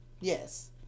Yes